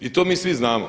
I to mi svi znamo.